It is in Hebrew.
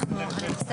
אנחנו נועלים את הדיון.